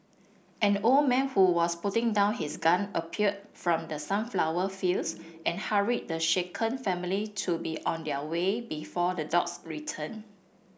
an old man who was putting down his gun appeared from the sunflower fields and hurried the shaken family to be on their way before the dogs return